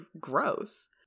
gross